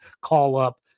call-up